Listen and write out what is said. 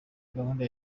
gahunda